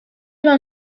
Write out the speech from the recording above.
van